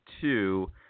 two